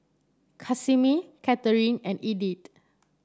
Casimir Catharine and Edythe